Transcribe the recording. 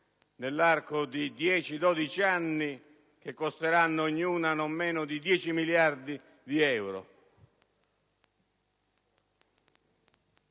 nell'arco di 10-12 anni, centrali che costeranno ognuna non meno di 10 miliardi di euro,